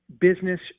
business